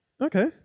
Okay